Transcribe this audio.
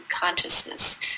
consciousness